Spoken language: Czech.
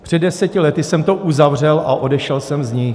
Před 10 lety jsem to uzavřel a odešel jsem z nich.